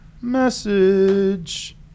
message